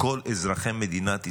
בכל אזרחי מדינת ישראל.